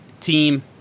team